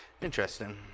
Interesting